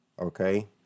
okay